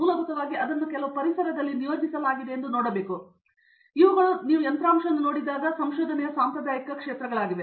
ಮೂಲಭೂತವಾಗಿ ಅದನ್ನು ಕೆಲವು ಪರಿಸರದಲ್ಲಿ ನಿಯೋಜಿಸಲಾಗಿದೆಯೆಂದು ನೋಡಲು ಇವುಗಳು ನೀವು ಯಂತ್ರಾಂಶವನ್ನು ನೋಡಿದಾಗ ಸಂಶೋಧನೆಯ ಸಾಂಪ್ರದಾಯಿಕ ಕ್ಷೇತ್ರಗಳಾಗಿವೆ